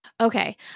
Okay